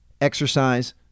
exercise